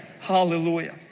Hallelujah